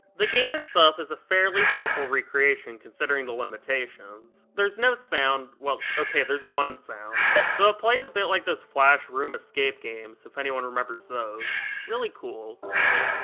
the game itself is a fairly faithful recreation considering the limitations. there's no sound, well ok there's one sound dingggg so it plays a bit like those flash room escape games, if anyone remembers those. really cool.